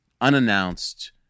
unannounced